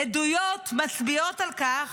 עדויות מצביעות על כך